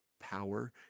power